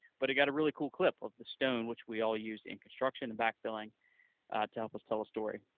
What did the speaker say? but it got a really cool clip of the stone which we all use in construction and backfilling to help us tell a story.